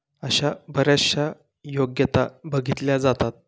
अशा बऱ्याचशा योग्यता बघितल्या जातात